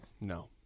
No